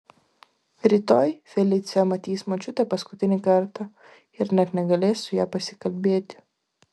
rytoj felicija matys močiutę paskutinį kartą ir net negalės su ja pasikalbėti